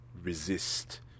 resist